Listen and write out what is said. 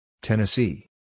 Tennessee